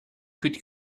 could